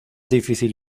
difícil